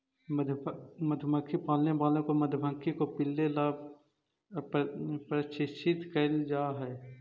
मधुमक्खी पालने वालों को मधुमक्खी को पीले ला प्रशिक्षित करल जा हई